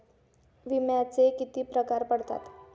विम्याचे किती प्रकार पडतात?